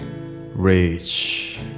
rage